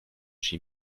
chi